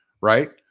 right